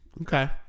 Okay